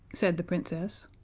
said the princess.